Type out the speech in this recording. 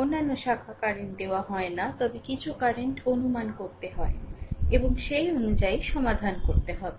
অন্যান্য শাখা কারেন্ট দেওয়া হয় না তবে কিছু কারেন্ট অনুমান করতে হয় এবং সেই অনুযায়ী সমাধান করতে হবে